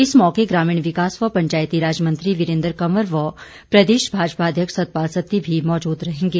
इस मौके ग्रामीण विकास व पंचायती राज मंत्री वीरेंद्र कंवर व प्रदेश भाजपा अध्यक्ष सतपाल सत्ती भी मौजूद रहेंगे